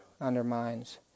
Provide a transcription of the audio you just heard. undermines